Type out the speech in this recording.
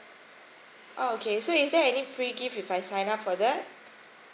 oh okay so is there any free gift if I sign up for that